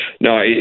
No